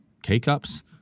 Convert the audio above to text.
k-cups